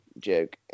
joke